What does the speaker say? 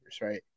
right